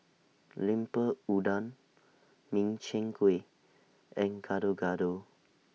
Lemper Udang Min Chiang Kueh and Gado Gado